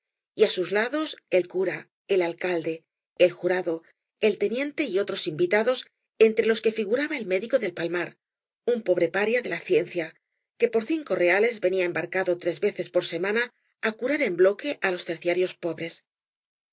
y á sus lados el cura el alcalde el jurado el teniente y otros invitados entre loa que figuraba el médico del palmar un pobre pa ria de la ciencia que por cinco reales venía embarcado tres veces por semana á curar en bloque á los tercianarios pobres